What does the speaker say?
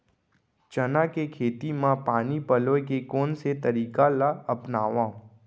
चना के खेती म पानी पलोय के कोन से तरीका ला अपनावव?